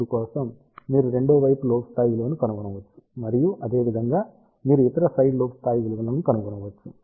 K 2 కోసం మీరు రెండవ వైపు లోబ్ స్థాయి విలువను కనుగొనవచ్చు మరియు అదేవిధంగా మీరు ఇతర సైడ్ లోబ్ స్థాయి విలువను కనుగొనవచ్చు